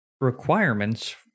requirements